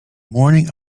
morning